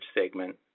segment